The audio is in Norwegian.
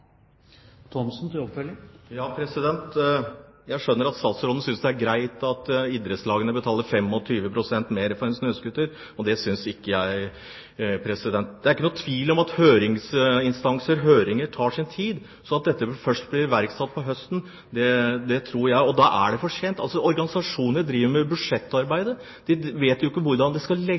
Jeg skjønner at statsråden synes det er greit at idrettslagene betaler 25 pst. mer for en snøscooter. Det synes ikke jeg. Det er ingen tvil om at det å sende noe ut på høring og få svar fra høringsinstanser, tar tid, så jeg tror at dette først vil bli iverksatt til høsten. Da er det for sent. Organisasjoner driver med budsjettarbeid. De vet jo ikke hvordan de skal